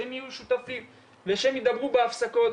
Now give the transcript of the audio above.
שהם יהיו שותפים ושהם ידברו בהפסקות.